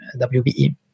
WBE